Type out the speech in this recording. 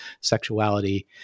sexuality